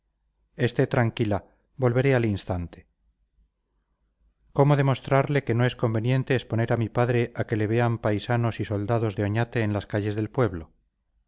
esté tranquila volveré al instante cómo demostrarle que no es conveniente exponer a mi padre a que le vean paisanos y soldados de oñate en las calles del pueblo